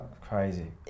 Crazy